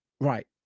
right